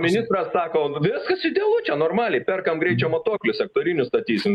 ministras sako viskas idealu čia normaliai perkam greičio matuoklius sektorinius statysim